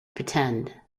pretend